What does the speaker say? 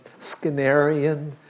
Skinnerian